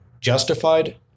justified